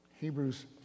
Hebrews